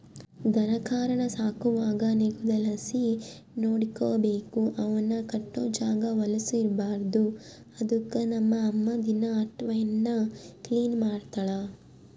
ದನಕರಾನ ಸಾಕುವಾಗ ನಿಗುದಲಾಸಿ ನೋಡಿಕಬೇಕು, ಅವುನ್ ಕಟ್ಟೋ ಜಾಗ ವಲುಸ್ ಇರ್ಬಾರ್ದು ಅದುಕ್ಕ ನಮ್ ಅಮ್ಮ ದಿನಾ ಅಟೇವ್ನ ಕ್ಲೀನ್ ಮಾಡ್ತಳ